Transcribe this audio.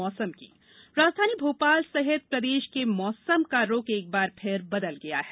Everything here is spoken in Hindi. मौसम राजधानी भोपाल सहित प्रदेश में मौसम का रुख एक बार फिर बदल गया है